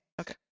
okay